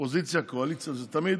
אופוזיציה, קואליציה, זה תמיד